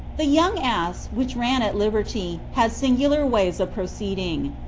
the young ass, which ran at liberty, had singular ways of proceeding.